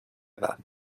edad